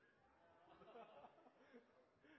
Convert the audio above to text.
neste